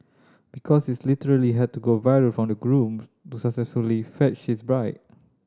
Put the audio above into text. because it literally had to go viral for the groom to successfully fetch his bride